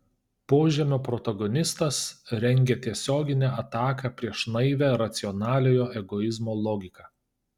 požemio protagonistas rengia tiesioginę ataką prieš naivią racionaliojo egoizmo logiką